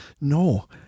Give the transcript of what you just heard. no